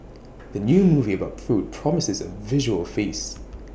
the new movie about food promises A visual feast